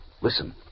Listen